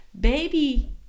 baby